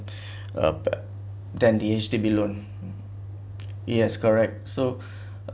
a bett~ than the H_D_B loan it has correct so